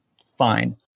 Fine